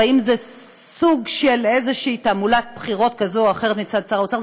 ואם זה סוג של איזושהי תעמולת בחירות כזו או אחרת מצד שר האוצר,